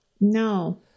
No